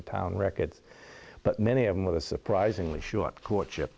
the town records but many of them with a surprisingly short courtship